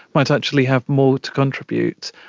might actually have more to contribute.